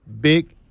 big